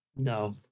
No